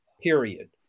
period